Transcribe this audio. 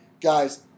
Guys